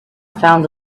found